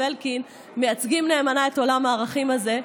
אלקין מייצגים נאמנה את עולם הערכים הזה.